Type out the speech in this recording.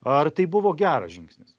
ar tai buvo geras žingsnis